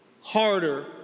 harder